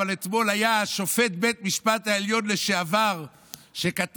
אבל אתמול היה שופט בית משפט עליון לשעבר שכתב